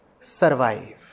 survive